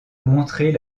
montrer